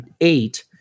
eight